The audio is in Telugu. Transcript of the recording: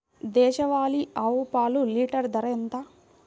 దేశవాలీ ఆవు పాలు లీటరు ధర ఎంత?